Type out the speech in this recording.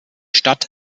stadt